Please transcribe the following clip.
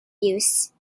use